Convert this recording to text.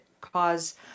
cause